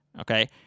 okay